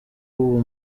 uwo